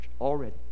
already